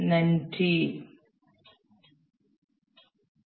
Thank you